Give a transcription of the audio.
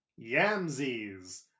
Yamsies